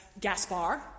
Gaspar